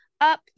up